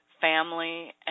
family